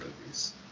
movies